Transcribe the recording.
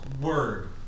word